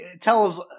tells